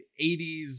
80s